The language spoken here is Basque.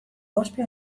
ospe